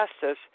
justice